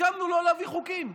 הסכמנו לא להביא חוקים.